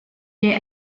est